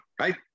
right